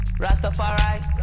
Rastafari